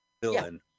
villain